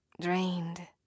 drained